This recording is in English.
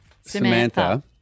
Samantha